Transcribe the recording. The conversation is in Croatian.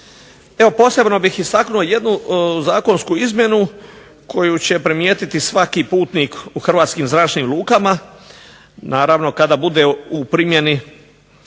Evo posebno bih istaknuo jednu zakonsku izmjenu koju će primijetiti svaki putnik u hrvatskim zračnim lukama naravno kada bude u primjeni